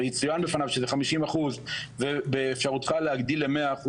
ויצוין בפניו שזה 50% ובאפשרותך להגדיל ל-100%,